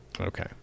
Okay